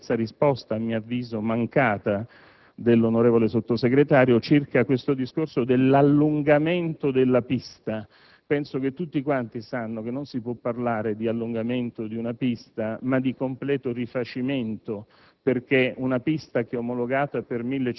sede, poi, rimarco la terza risposta, a mio avviso mancata, dell'onorevole Sottosegretario relativamente all'allungamento della pista. Penso che tutti quanti sappiano che non si può parlare di allungamento della pista ma di un suo completo rifacimento,